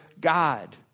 God